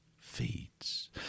feeds